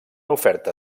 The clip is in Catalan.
oferta